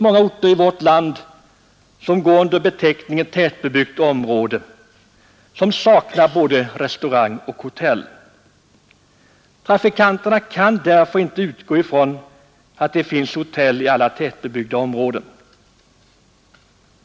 Många orter i vårt land som går under beteckningen tättbebyggda områden saknar både restaurang och hotell. Trafikanterna kan därför inte utgå ifrån att det finns hotell i alla tättbebyggda områden.